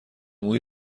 مویی